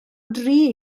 dri